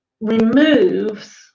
removes